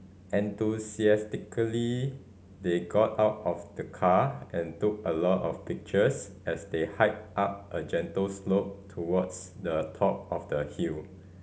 enthusiastically they got out of the car and took a lot of pictures as they hiked up a gentle slope towards the top of the hill